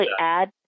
add